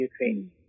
Ukraine